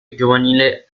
giovanile